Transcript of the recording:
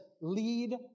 lead